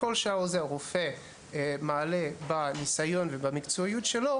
ככל שעוזר הרופא עולה במקצועיות שלו,